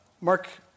Mark